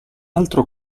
altro